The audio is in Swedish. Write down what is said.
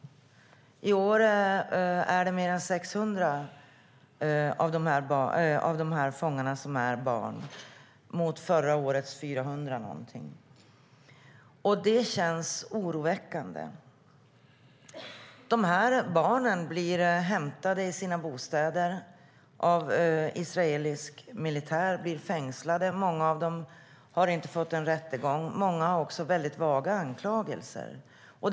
I år är mer än 600 av de här fångarna barn, och förra året var antalet runt 400. Det känns oroväckande. De här barnen blir hämtade i sina bostäder av israelisk militär och blir fängslade. Många av dem får ingen rättegång, och många gånger är anklagelserna väldigt vaga.